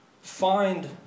find